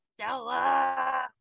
Stella